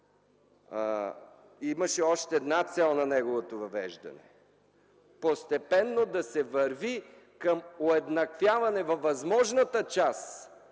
Имаше още една цел на неговото въвеждане – постепенно да се върви към уеднаквяване във възможната част